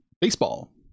baseball